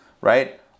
right